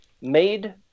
made –